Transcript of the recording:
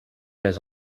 les